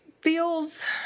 feels